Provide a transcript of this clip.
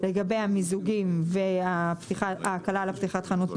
לגבי המיזוג וההקלה לפתיחת חנות נוספת,